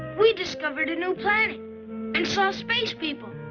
we discovered a new planet and saw space people.